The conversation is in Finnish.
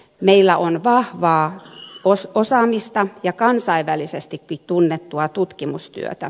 meillä on vahvaa osaamista ja kansainvälisestikin tunnettua tutkimustyötä